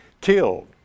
killed